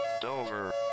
Dover